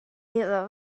iddo